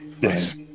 Yes